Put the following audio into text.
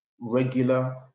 regular